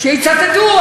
שיצטטו,